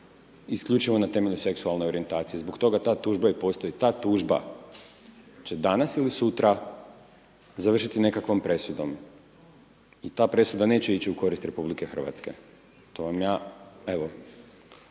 isključivo na temelju seksualne orijentacije, zbog toga ta tužba i postoji, ta tužba će danas ili sutra završiti nekakvom presudom i ta presuda neće ići u korist RH. To vam ja evo,